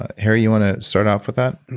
ah harry you want to start off with that?